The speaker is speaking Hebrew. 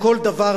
לכל דבר,